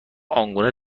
آنگونه